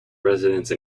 residence